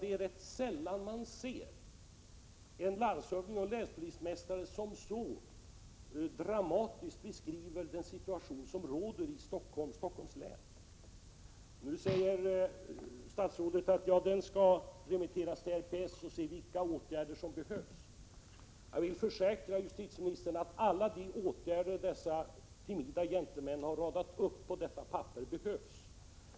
Det är rätt sällan som man ser att en landshövding och en länspolismästare beskriver situationen i Stockholms län som så dramatisk. Nu säger statsrådet att skrivelsen skall remitteras till RPS för att de skall utreda vilka åtgärder som behövs. Jag vill försäkra justitieministern om att alla de åtgärder som dessa timida ”gentlemen” har radat upp på detta papper behövs.